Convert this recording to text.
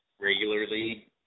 regularly